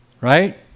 Right